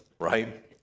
right